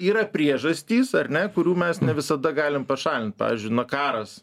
yra priežastys ar ne kurių mes ne visada galim pašalint pavyzdžiui karas